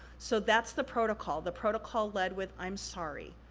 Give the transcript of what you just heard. so, that's the protocol. the protocol led with i'm sorry.